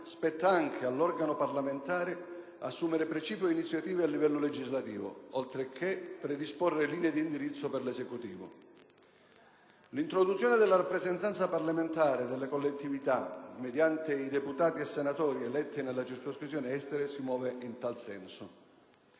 spetta anche all'organo parlamentare assumere precipue iniziative a livello legislativo, oltre che predisporre linee di indirizzo per l'Esecutivo. L'introduzione della rappresentanza parlamentare delle collettività, mediante deputati e senatori eletti nella circoscrizione Estero, si muove in tale senso.